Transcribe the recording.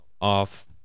off